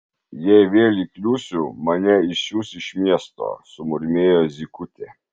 jei vėl įkliūsiu mane išsiųs iš miesto sumurmėjo zykutė